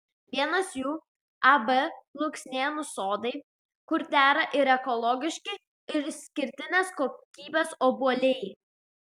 vienas jų ab luksnėnų sodai kur dera ir ekologiški ir išskirtinės kokybės obuoliai